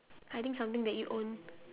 I think something that you own